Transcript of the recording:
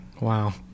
Wow